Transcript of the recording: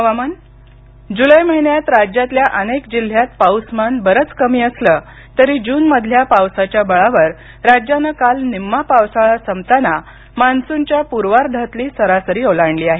हवामान जुलै महिन्यात राज्यातल्या अनेक जिल्ह्यात पाऊसमान बरंच कमी असलं तरी जून मधल्या पावसाच्या बळावर राज्यानं काल निम्मा पावसाळा संपताना मान्सूनच्या पूर्वाधातली सरासरी ओलांडली आहे